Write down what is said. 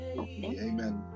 amen